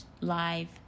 live